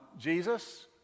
Jesus